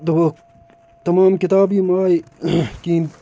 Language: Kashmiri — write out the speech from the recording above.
دوٚپُکھ تِمو یِم کِتاب یِم آیہِ کہیٖنۍ